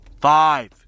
five